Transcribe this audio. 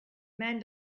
man